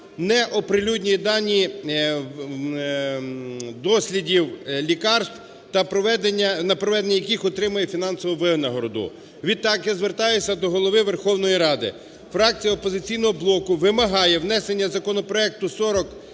не оприлюднює дані дослідів лікарств, на проведення яких отримує фінансову винагороду. Відтак, я звертаюся до Голови Верховної Ради. Фракція "Опозиційного блоку" вимагає внесення законопроекту